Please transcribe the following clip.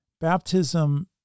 baptism